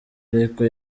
ariko